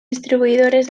distribuïdores